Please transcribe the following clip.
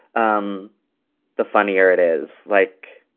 um the funnier it is. like,